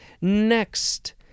Next